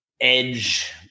edge